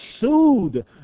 sued